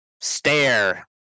stare